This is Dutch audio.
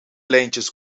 lijntjes